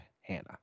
Hannah